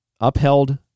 upheld